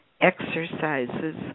exercises